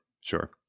sure